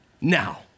now